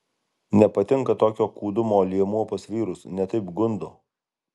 nepatinka tokio kūdumo liemuo pas vyrus ne taip gundo